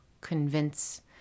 convince